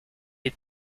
est